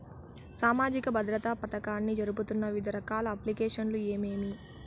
సామాజిక భద్రత పథకాన్ని జరుపుతున్న వివిధ రకాల అప్లికేషన్లు ఏమేమి?